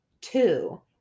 Two